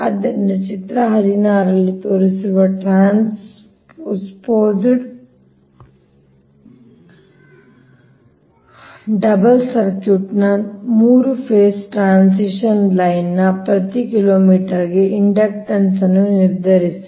ಆದ್ದರಿಂದ ಚಿತ್ರ 16 ರಲ್ಲಿ ತೋರಿಸಿರುವ ಟ್ರಾನ್ಸ್ಪೋಸ್ಡ್ ಡಬಲ್ ಸರ್ಕ್ಯೂಟ್ ನ 3 ಫೇಸ್ ಟ್ರಾನ್ಸ್ಮಿಷನ್ ಲೈನ್ ನ ಪ್ರತಿ ಕಿಲೋಮೀಟರ್ಗೆ ಇಂಡಕ್ಟನ್ಸ್ ಅನ್ನು ನಿರ್ಧರಿಸಿ